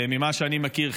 ממה שאני מכיר,